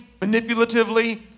manipulatively